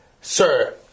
sir